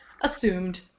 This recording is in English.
Assumed